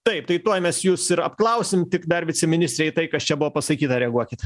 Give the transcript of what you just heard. taip tai tuoj mes jus ir apklausim tik dar viceministrei tai kas čia buvo pasakyta reaguokit